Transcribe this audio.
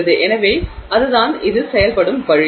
எனவே அதுதான் இது செயல்படும் வழி